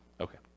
Okay